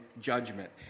judgment